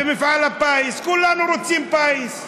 מפעל הפיס, כולנו רוצים פיס.